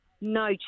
No